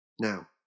Now